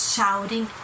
Shouting